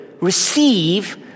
receive